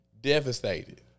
devastated